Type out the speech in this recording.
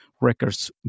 records